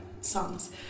songs